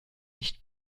nicht